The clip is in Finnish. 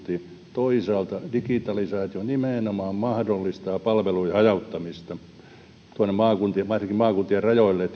toisaalta digitalisaatio nimenomaan mahdollistaa palvelujen hajauttamisen tuonne maakuntiin varsinkin maakuntien rajoille